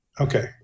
Okay